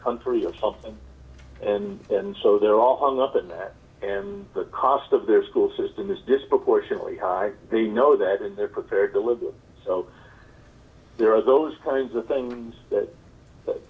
country of health and and so they're all hung up in that and the cost of their school system is disproportionately high they know that and they're prepared to live it so there are those kinds of things that